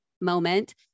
moment